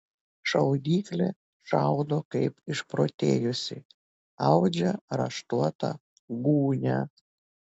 šaudyklė šaudo kaip išprotėjusi audžia raštuotą gūnią